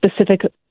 specific